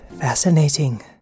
Fascinating